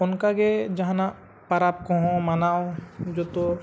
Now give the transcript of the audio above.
ᱚᱱᱠᱟᱜᱮ ᱡᱟᱦᱟᱱᱟᱜ ᱯᱚᱨᱚᱵᱽ ᱠᱚᱦᱚᱸ ᱢᱟᱱᱟᱣ ᱡᱚᱛᱚ